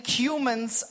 humans